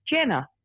Jenna